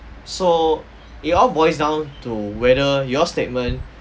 so it all boils down to whether your statement